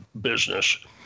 business